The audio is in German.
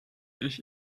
ich